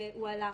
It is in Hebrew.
הוא הלך.